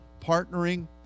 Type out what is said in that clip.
partnering